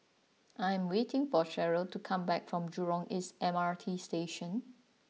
I am waiting for Cheryl to come back from Jurong East M R T Station